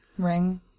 ring